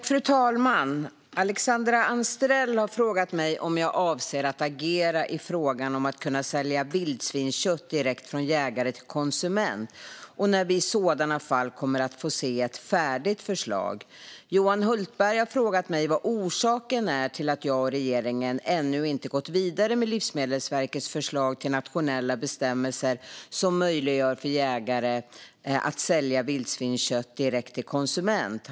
Fru talman! Alexandra Anstrell har frågat mig om jag avser att agera i frågan om att kunna sälja vildsvinskött direkt från jägare till konsument, och när vi i sådana fall kommer att få se ett färdigt förslag. Johan Hultberg har frågat mig vad orsaken är till att jag och regeringen ännu inte gått vidare med Livsmedelsverkets förslag till nationella bestämmelser som möjliggör för jägare att sälja vildsvinskött direkt till konsument.